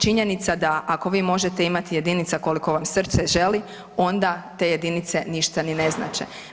Činjenica da ako vi možete imati jedinica koliko vam srce želi, onda te jedinice ništa ni ne znače.